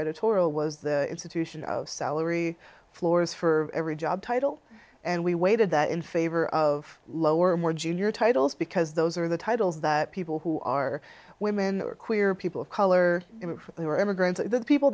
editorial was the institution of salary floors for every job title and we waited that in favor of lower and more junior titles because those are the titles that people who are women are queer people of color who are immigrants the people